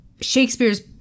Shakespeare's